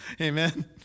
Amen